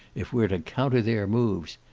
if we're to counter their moves.